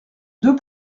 deux